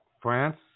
France